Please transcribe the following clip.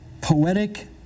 poetic